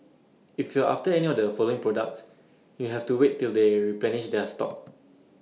if you're after any or the following products you'll have to wait till they replenish their stock